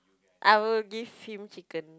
I will give him chicken